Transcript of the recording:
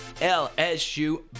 LSU